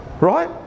Right